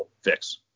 fix